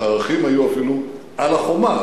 החרכים היו אפילו על החומה.